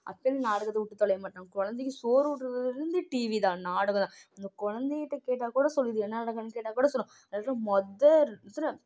அப்போயும் அந்த நாடகத்தை விட்டு தொலைய மாட்டுகிறாங்க குழந்தைக்கு சோறு ஊட்டுறதுலேருந்து டீவி தான் நாடகம் குழந்தைகிட்ட கேட்டால் கூட சொல்லுது என்ன நாடகம்னு கேட்டாக்கூட சொல்லும் அதுக்குனு முத